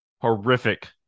horrific